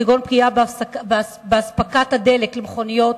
כגון פגיעה באספקת הדלק למכוניות,